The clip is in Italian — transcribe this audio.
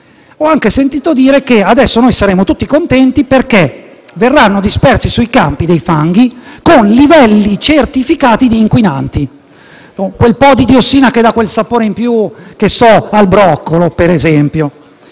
Ho anche sentito dire che adesso saremo tutti contenti, perché verranno dispersi sui campi dei fanghi con livelli certificati di inquinanti, con quel po’ di diossina che magari dà quel sapore in più al broccolo, per esempio.